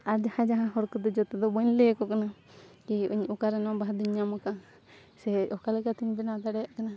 ᱟᱨ ᱡᱟᱦᱟᱸ ᱡᱟᱦᱟᱸ ᱦᱚᱲ ᱠᱚᱫᱚ ᱡᱚᱛᱚ ᱫᱚ ᱵᱟᱹᱧ ᱞᱟᱹᱭᱟᱠᱚ ᱠᱟᱱᱟ ᱠᱤ ᱤᱧ ᱚᱠᱟᱨᱮ ᱱᱚᱣᱟ ᱵᱟᱦᱟ ᱫᱚᱧ ᱧᱟᱢ ᱟᱠᱟᱫᱟ ᱥᱮ ᱚᱠᱟ ᱞᱮᱠᱟᱛᱮᱧ ᱵᱮᱱᱟᱣ ᱫᱟᱲᱮᱭᱟᱜ ᱠᱟᱱᱟ